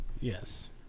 Yes